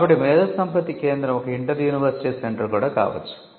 కాబట్టి మేధోసంపత్తి కేంద్రం ఒక ఇంటర్ యూనివర్శిటీ సెంటర్ కూడా కావచ్చు